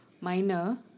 minor